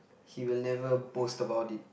he will never boast about it